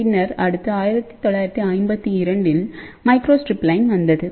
பின்னர் அடுத்து 1952 இல் மைக்ரோஸ்டிரிப் லைன் வந்தது